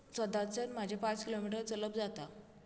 सदांच तर म्हाजें पांच किलोमिटर चलप जाता